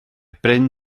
bryn